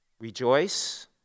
rejoice